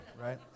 right